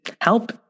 help